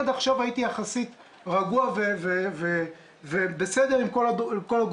עד עכשיו הייתי יחסית רגוע ובסדר עם כל הגורמים,